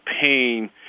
pain